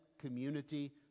community